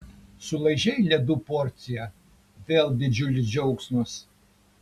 sulaižei ledų porciją vėl didžiulis džiaugsmas